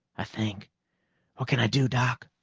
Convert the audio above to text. i think. what can i do, doc?